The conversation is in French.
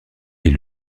est